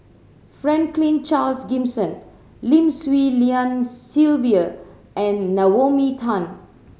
Franklin Charles Gimson Lim Swee Lian Sylvia and Naomi Tan